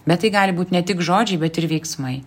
bet tai gali būt ne tik žodžiai bet ir veiksmai